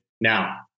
Now